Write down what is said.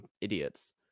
idiots